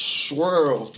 swirl